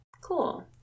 Cool